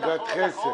שהייתה הערכת-חסר.